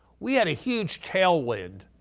we had a huge tailwind